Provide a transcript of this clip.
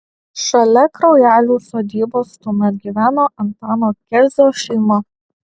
šalia kraujelių sodybos tuomet gyveno antano kezio šeima